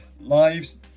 lives